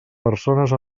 persones